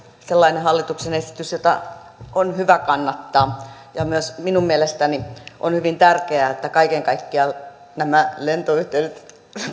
sellainen hallituksen esitys jota on hyvä kannattaa myös minun mielestäni on hyvin tärkeää että kaiken kaikkiaan nämä lentoyhteydet